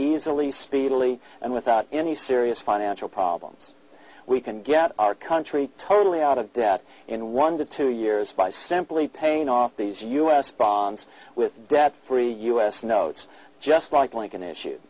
easily speedily and without any serious financial problems we can get our country totally out of debt in one to two years by simply paying off these u s bonds with debt free us notes just like lincoln issue